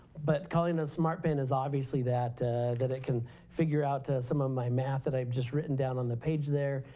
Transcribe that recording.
but calling ah the smart pen is obviously that that it can figure out some of my math that i've just written down on the page there.